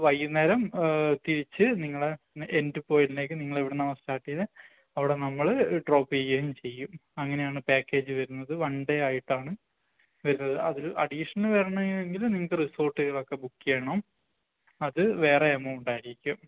വൈകുന്നേരം തിരിച്ചു നിങ്ങളെ എൻ്റ് പോയിൻ്റിലേക്കു നിങ്ങള് എവിടെനിന്നാണോ സ്റ്റാർട്ടീയ്തേ അവിടെ നമ്മള് ഡ്രോപ്പീയേം ചെയ്യും അങ്ങനെയാണ് പാക്കേജ് വരുന്നത് വൺ ഡേ ആയിട്ടാണ് വരുന്നത് അതില് അഡീഷണൽ വരണേങ്കില് നിങ്ങള്ക്ക് റിസോര്ട്ടുകളൊക്കെ ബുക്കീയ്യണം അത് വേറെ എമൗണ്ടായിരിക്കും